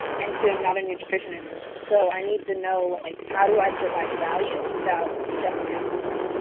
and two, i'm not a nutritionist. so, i need to know like how do i provide value without stepping out of my lane?